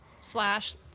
Slash